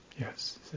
Yes